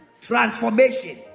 transformation